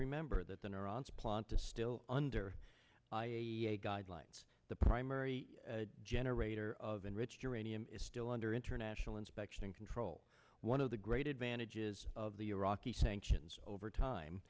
remember that the neurons plan to still under guidelines the primary generator of enriched uranium is still under international inspection control one of the great advantages of the iraqi sanctions over time